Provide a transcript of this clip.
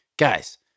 Guys